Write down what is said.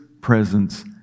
presence